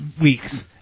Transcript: weeks